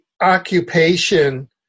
occupation